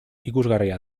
ikusgarria